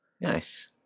Nice